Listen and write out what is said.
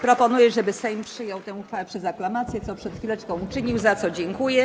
Proponuję, żeby Sejm przyjął tę uchwałę przez aklamację, co przed chwileczką uczynił, za co dziękuję.